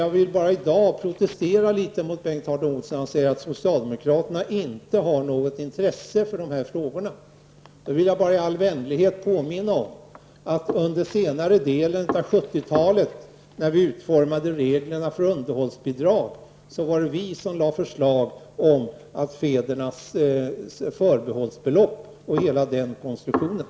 Jag vill i dag litet protestera mot Bengt Harding Olson, som säger att socialdemokraterna inte har något intresse för dessa frågor. Jag vill i all vänlighet påminna om att under senare delen av 70-talet när vi utformade reglerna för underhållsbidrag var det vi socialdemokrater som lade fram förslaget om fädernas förbehållsbelopp och hela den konstruktionen.